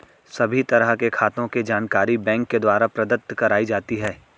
सभी तरह के खातों के जानकारी बैंक के द्वारा प्रदत्त कराई जाती है